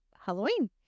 Halloween